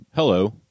Hello